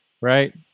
Right